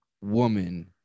woman